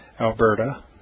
Alberta